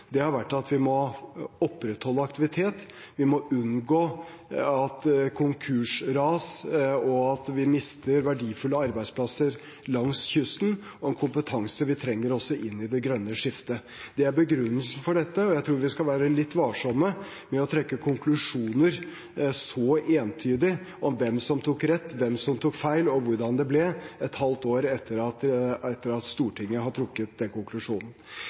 har vært at vi må opprettholde aktivitet, unngå konkursras og at vi mister verdifulle arbeidsplasser langs kysten og en kompetanse vi trenger også inn i det grønne skiftet. Det er begrunnelsen for dette, og jeg tror vi skal være litt varsomme med å trekke konklusjoner så entydig om hvem som fikk rett, hvem som tok feil, og hvordan det ble, et halvt år etter at Stortinget har trukket den konklusjonen.